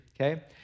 okay